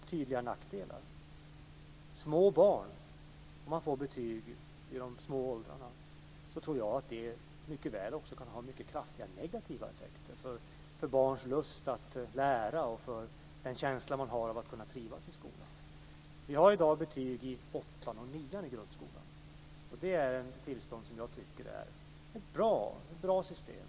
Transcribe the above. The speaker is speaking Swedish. Herr talman! Enligt min mening har betygen sina fördelar men också sina tydliga nackdelar. När små barn får betyg så tror jag att det mycket väl kan ha kraftiga negativa effekter för barnens lust att lära och för den känsla de har av att kunna trivas i skolan. Vi har i dag betyg i åttan och nian i grundskolan. Det är ett tillstånd som jag tycker är ett bra system.